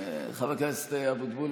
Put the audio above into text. חבר הכנסת אבוטבול,